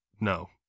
No